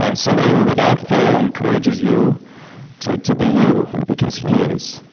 somebody who without fail encourages you to to be you because he is.